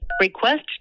Request